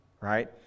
right